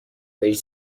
بهش